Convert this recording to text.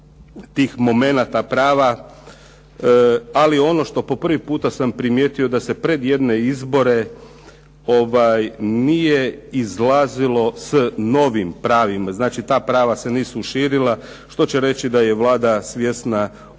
tih momenata, prava. Ali ono što po prvi puta sam primijetio, da se pred jedne izbore nije izlazilo s novim pravima. Znači, ta prava se nisu širila, što će reći da je Vlada svjesna i